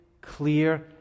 clear